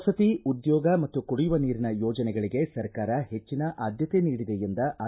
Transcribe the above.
ವಸತಿ ಉದ್ಯೋಗ ಮತ್ತು ಕುಡಿಯುವ ನೀರಿನ ಯೋಜನೆಗಳಿಗೆ ಸರ್ಕಾರ ಹೆಚ್ಚನ ಆದ್ಯತೆ ನೀಡಿದೆ ಎಂದ ಆರ್